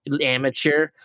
amateur